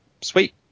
sweet